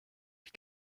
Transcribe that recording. ich